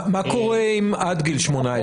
מה קורה עם עד גיל 18?